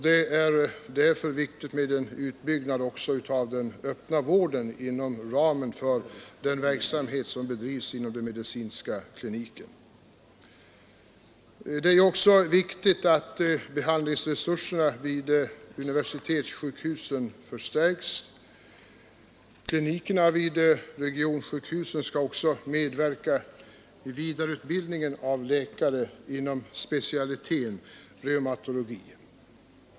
Det är därför viktigt med en utbyggnad också av den öppna vården inom ramen för den verksamhet som bedrivs inom medicinska kliniken. Det är också viktigt att behandlingsresurserna vid universitetssjukhusen förstärks. Klinikerna vid regionsjukhusen skall också medverka till vidareutbildningen av läkare inom specialiteten reumatologi.